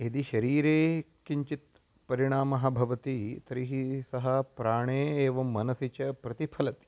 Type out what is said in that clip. यदि शरीरे किञ्चित् परिणामः भवति तर्हि सः प्राणे एवं मनसि च प्रतिफलति